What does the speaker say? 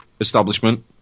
establishment